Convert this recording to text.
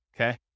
okay